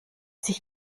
sich